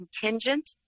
contingent